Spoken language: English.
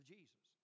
Jesus